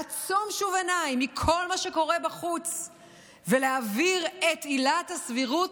לעצום שוב עיניים לכל מה שקורה בחוץ ולהעביר את עילת הסבירות,